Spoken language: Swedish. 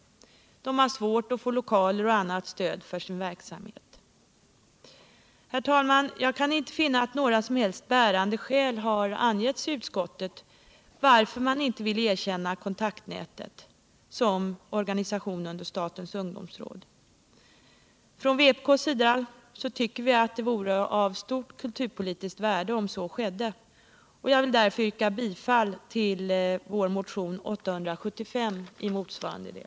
De har svårt att få lokaler och annat stöd för sin verksamhet. Herr talman! Jag kan inte finna att några som helst bärande skäl har angetts i utskottet för att inte erkänna Kontaktnätet som organisation under statens ungdomsråd. I vpk tycker vi att det vore av stort kulturpolitiskt värde om så skedde. och jag ber därför att få yrka bifall till vår motion 875 i motsvarande del.